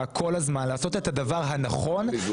צריך לדבר?